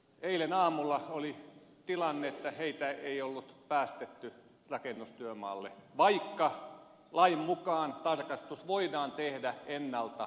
eilen aamulla oli tilanne että heitä ei ollut päästetty rakennustyömaalle vaikka lain mukaan tarkastus voidaan tehdä ennalta ilmoittamatta